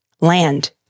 land